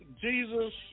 Jesus